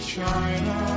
China